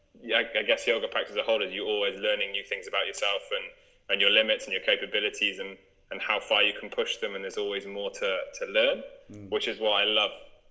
yeah i guess yoga practice a hold of you always learning new things about yourself and and your limits and your capabilities and and how far you can push them and there's always more to to learn which is what i love.